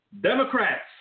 Democrats